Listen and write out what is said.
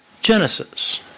Genesis